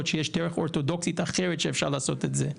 שיש דרך אורתודוקסית אחרת שאפשר לעשות את זה.